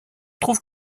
trouve